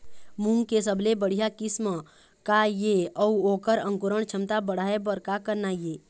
मूंग के सबले बढ़िया किस्म का ये अऊ ओकर अंकुरण क्षमता बढ़ाये बर का करना ये?